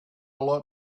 lot